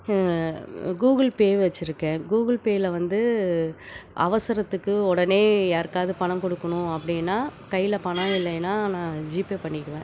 Google பேயும் வச்சி இருக்கேன் கூகுள் பேவில வந்து அவசரத்துக்கு உடனே யாருக்காவது பணம் கொடுக்கணும் அப்படீன்னா கையில் பணம் இல்லைன்னா ஜிபே நான் பண்ணிக்குவேன்